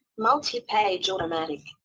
multipage automatic.